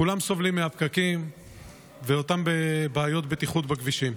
כולם סובלים מהפקקים ומבעיות הבטיחות בכבישים.